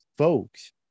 Folks